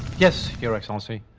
yes, your excellency.